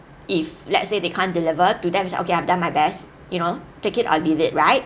if let's say they can't deliver to them it's okay I've done my best you know take it or leave it right